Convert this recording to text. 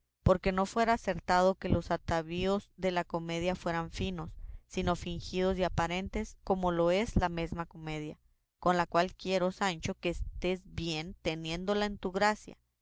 porque no fuera acertado que los atavíos de la comedia fueran finos sino fingidos y aparentes como lo es la mesma comedia con la cual quiero sancho que estés bien teniéndola en tu gracia